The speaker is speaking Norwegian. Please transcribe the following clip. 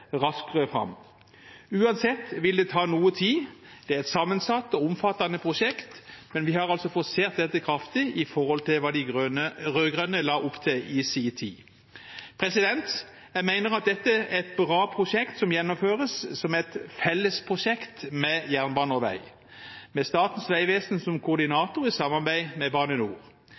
raskere fram. Uansett vil det ta noe tid. Det er et sammensatt og omfattende prosjekt, men vi har altså forsert dette kraftig i forhold hva de rød-grønne la opp til i sin tid. Jeg mener det er bra at prosjektet gjennomføres som et felles prosjekt med jernbane og vei, med Statens vegvesen som koordinator i samarbeid med Bane NOR.